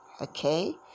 Okay